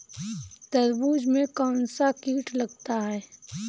तरबूज में कौनसा कीट लगता है?